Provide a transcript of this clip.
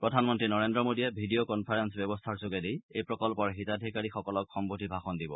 প্ৰধানমন্ত্ৰী নৰেজ্ৰ মোডীয়ে video conference ব্যৱস্থাৰ যোগেদি এই প্ৰকল্পৰ হিতাধিকাৰীসকলক সম্নোধি ভাষণ দিব